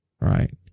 right